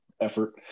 effort